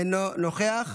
אינו נוכח.